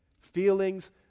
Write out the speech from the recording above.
feelings